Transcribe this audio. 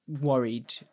worried